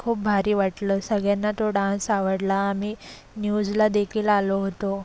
खूप भारी वाटलं सगळ्यांना तो डान्स आवडला आम्ही न्यूजला देखील आलो होतो